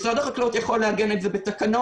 משרד החקלאות יכול לעגן את זה בתקנות.